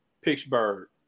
Pittsburgh